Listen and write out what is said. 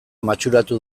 matxuratu